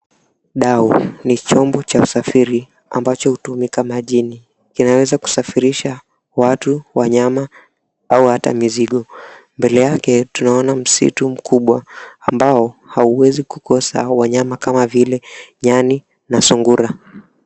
Dau ni chombo Cha usafiri ambacho hutumika majini. Kinaweza kusafirisha watu, wanyama au hata mizigo. Mbele yake tunaona msitu mkubwa ambao hauwezi kukosa wanyama kama vile nyani na sungura.